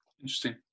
interesting